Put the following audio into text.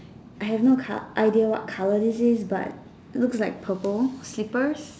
I have no colour idea colour this is but looks like purple slippers